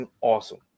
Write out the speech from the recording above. awesome